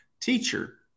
teacher